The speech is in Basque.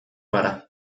gara